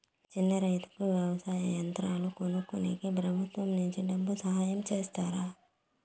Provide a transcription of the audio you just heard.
చిన్న రైతుకు వ్యవసాయ యంత్రాలు కొనుక్కునేకి ప్రభుత్వం నుంచి డబ్బు సహాయం చేస్తారా?